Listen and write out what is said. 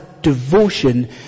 devotion